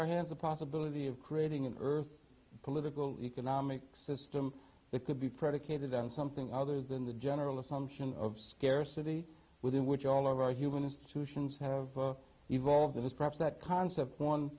our hands the possibility of creating an earth political economic system that could be predicated on something other than the general assumption of scarcity within which all of our human institutions have evolved it is perhaps that concept one